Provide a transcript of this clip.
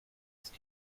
ist